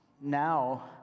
now